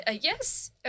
Yes